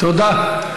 תודה.